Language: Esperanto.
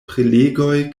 prelegoj